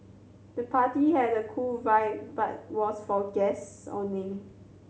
the party had a cool vibe but was for guests only